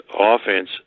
offense